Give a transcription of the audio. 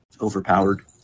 overpowered